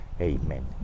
Amen